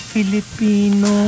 Filipino